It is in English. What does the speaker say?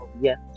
yes